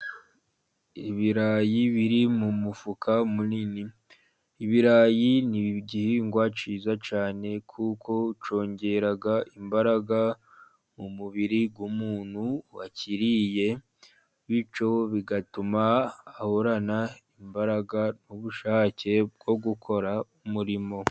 Ibirayi biri mu mufuka munini ibirayi, ibirayi ni igihingwa cyiza cyane kuko cyongera imbaraga mu mubiri w,'umuntu wakiriye bityo bigatuma ahorana imbaraga n'ubushake bwo gukora umurimo.